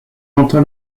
entend